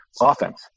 offense